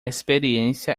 experiência